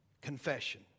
confession